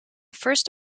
first